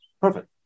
perfect